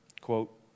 Quote